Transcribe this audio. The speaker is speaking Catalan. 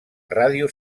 ràdio